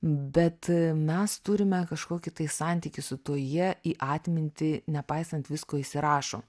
bet mes turime kažkokį tai santykį su jie į atmintį nepaisant visko įsirašo